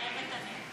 מתחייבת אני